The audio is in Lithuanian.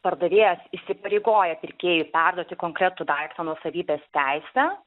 pardavėjas įsipareigoja pirkėjui perduoti konkretų daiktą nuosavybės teisę